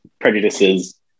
prejudices